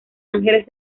ángeles